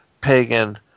pagan